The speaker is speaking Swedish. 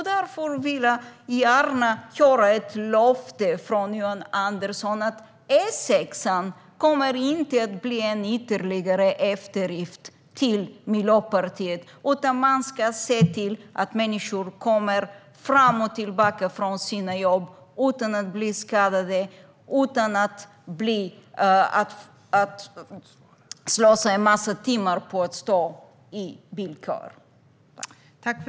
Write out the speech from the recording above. Därför vill jag gärna få ett löfte från Johan Andersson om att E6:an inte kommer att bli ytterligare en eftergift för Miljöpartiet. Ni måste se till att människor kommer fram till och tillbaka från sina jobb utan att bli skadade eller att slösa en massa timmar på att stå i bilköer.